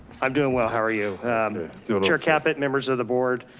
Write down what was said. i'm doing well, how are you? and you know chair caput, members of the board.